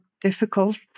Difficult